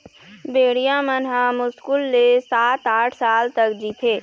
भेड़िया मन ह मुस्कुल ले सात, आठ साल तक जीथे